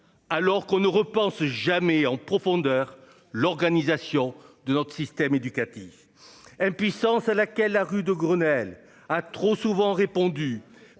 Alors qu'on ne repense jamais en profondeur l'organisation de notre système éducatif. Impuissance à laquelle la rue de Grenelle a trop souvent répondu